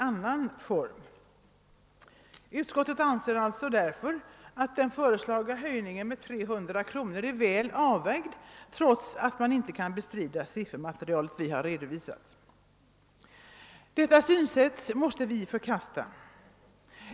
Därför anser utskottet att den föreslagna höjningen om 300 kronor är väl avvägd; trots att utskottet som sagt inte kunnat bestrida riktigheten i det siffermaterial vi redovisat. Detta synsätt måste vi förkasta.